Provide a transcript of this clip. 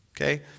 okay